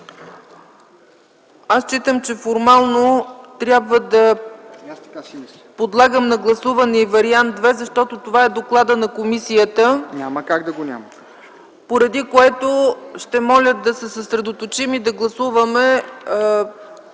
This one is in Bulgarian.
Считам, че формално трябва да подлагам на гласуване и Вариант ІІ, защото това е докладът на комисията, поради което ще моля да се съсредоточим и да гласуваме